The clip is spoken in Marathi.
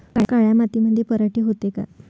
काळ्या मातीमंदी पराटी होते का?